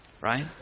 Right